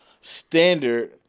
standard